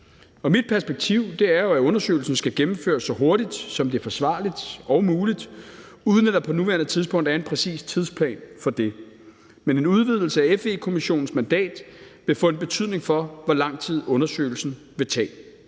Mit perspektiv er jo, at undersøgelsen skal gennemføres så hurtigt, som det er forsvarligt og muligt, uden at der på nuværende tidspunkt er en præcis tidsplan for det. Men en udvidelse af FE-kommissionens mandat vil få betydning for, hvor lang tid undersøgelsen vil tage.